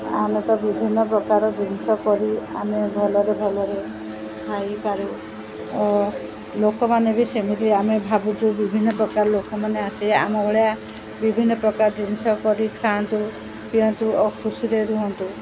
ଆମେ ତ ବିଭିନ୍ନ ପ୍ରକାର ଜିନିଷ କରି ଆମେ ଭଲରେ ଭଲରେ ଖାଇପାରୁ ଓ ଲୋକମାନେ ବି ସେମିତି ଆମେ ଭାବୁଛୁ ବିଭିନ୍ନ ପ୍ରକାର ଲୋକମାନେ ଆସି ଆମ ଭଳିଆ ବିଭିନ୍ନ ପ୍ରକାର ଜିନିଷ କରି ଖାଆନ୍ତୁ ପିଅନ୍ତୁ ଓ ଖୁସିରେ ରୁହନ୍ତୁ